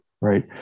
Right